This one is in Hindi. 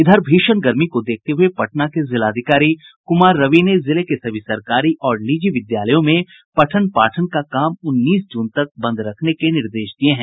इधर भीषण गर्मी को देखते हुये पटना के जिलाधिकारी कुमार रवि ने जिले के सभी सरकारी और निजी विद्यालयों में पठन पाठन का काम उन्नीस जून तक बंद रखने के निर्देश दिये हैं